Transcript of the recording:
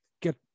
get